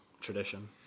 tradition